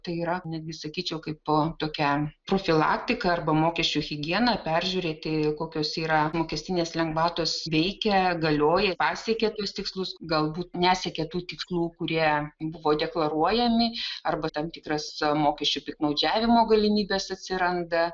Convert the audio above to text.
tai yra netgi sakyčiau kaipo tokia profilaktika arba mokesčių higiena peržiūrėti kokios yra mokestinės lengvatos veikia galioja pasiekė tuos tikslus galbūt nesiekė tų tikslų kurie buvo deklaruojami arba tam tikras mokesčių piktnaudžiavimo galimybės atsiranda